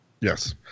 Yes